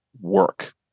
work